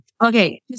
okay